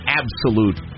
absolute